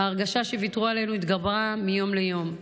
ההרגשה שוויתרו עלינו התגברה מיום ליום.